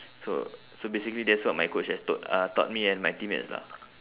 so so basically that's what my coach has told uh taught me and my teammates lah